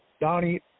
Donnie –